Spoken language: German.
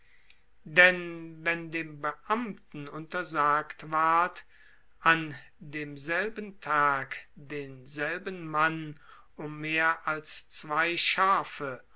denn wenn dem beamten untersagt ward an demselben tag denselben mann um mehr als zwei schafe